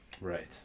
right